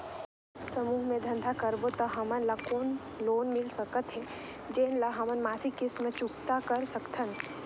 समूह मे धंधा करबो त हमन ल कौन लोन मिल सकत हे, जेन ल हमन मासिक किस्त मे चुकता कर सकथन?